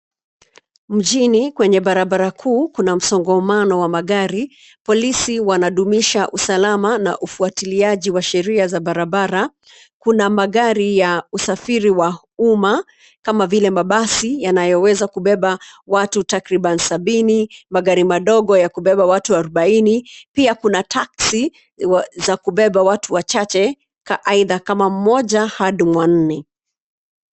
Mjini kwenye barabara kuu, kuna msongamano wa magari, polisi wanadumisha usalama na ufuatiliaji wa sheria za barabara. Kuna magari ya usafiri wa umma kama vile mabasi yanayoweza kubeba watu takriban sabini, magari madogo ya kubeba watu arobaini, pia kuna taxi za kubeba watu wachache aidha kama mmoja hadi wanne.